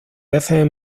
veces